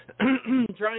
trying